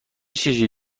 چیزی